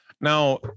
Now